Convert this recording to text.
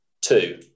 two